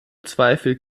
zweifel